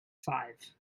five